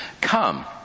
come